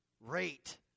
rate